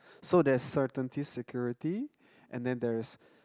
so there's certainty security and then there is